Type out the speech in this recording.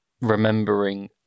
Remembering